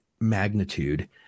magnitude